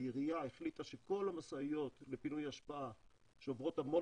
העירייה החליטה שכל המשאיות לפינוי אשפה שעוברות המון